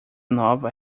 nova